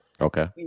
okay